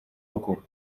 руку